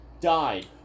died